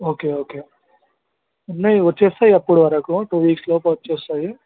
okay okay ఉన్నాయి వచ్చేస్తాయి అప్పటి వరకు టు వీక్స్ లోపు వచ్చేస్తాయి